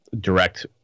Direct